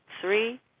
three